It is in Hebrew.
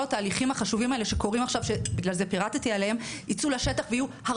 התהליכים החשובים שקורים עכשיו ייצאו לשטח ויהיו,